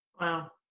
Wow